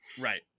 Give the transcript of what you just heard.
Right